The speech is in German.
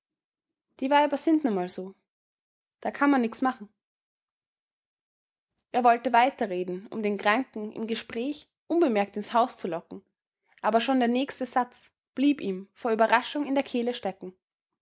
die weiber sind nun mal so da kann man nix mach'n er wollte weiter reden um den kranken im gespräch unbemerkt ins haus zu locken aber schon der nächste satz blieb ihm vor überraschung in der kehle stecken